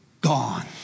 gone